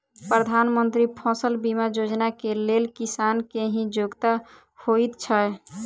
प्रधानमंत्री फसल बीमा योजना केँ लेल किसान केँ की योग्यता होइत छै?